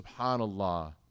SubhanAllah